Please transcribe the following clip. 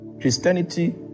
Christianity